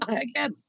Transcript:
again